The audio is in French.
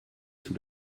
sous